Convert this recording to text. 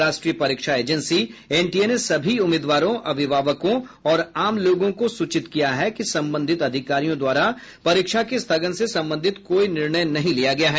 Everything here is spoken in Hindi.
राष्ट्रीय परीक्षा एजेंसी एनटीए ने सभी उम्मीदवारों अभिभावकों और आम लोगों को सूचित किया है कि संबंधित अधिकारियों द्वारा परीक्षा के स्थगन से संबंधित कोई निर्णय नहीं लिया गया है